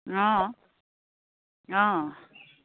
অঁ অঁ